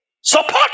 Support